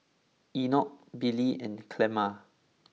Enoch Billy and Clemma